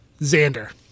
xander